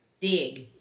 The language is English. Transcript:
dig